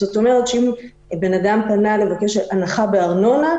זאת אומרת שאם אדם פנה לבקש הנחה בארנונה,